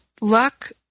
luck